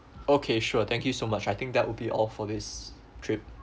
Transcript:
okay sure thank you so much I think that would be all for this trip